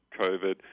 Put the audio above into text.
COVID